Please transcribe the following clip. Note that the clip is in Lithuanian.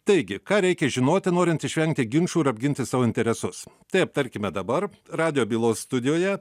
taigi ką reikia žinoti norint išvengti ginčų ir apginti savo interesus tai aptarkime dabar radijo bylos studijoje